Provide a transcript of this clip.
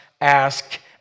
ask